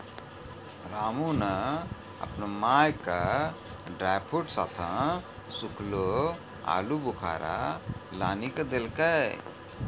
रामू नॅ आपनो माय के ड्रायफ्रूट साथं सूखलो आलूबुखारा लानी क देलकै